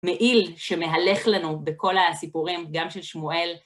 מעיל שמהלך לנו בכל הסיפורים, גם של שמואל.